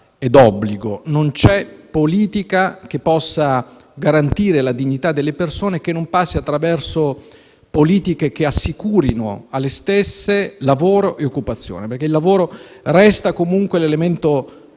d'obbligo: non c'è politica che possa garantire la dignità delle persone che non passi attraverso politiche che assicurino alle stesse lavoro e occupazione, perché il lavoro resta comunque l'elemento